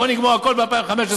בוא נגמור הכול ב-2015.